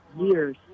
years